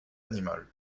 animal